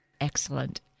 Excellent